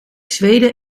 zweden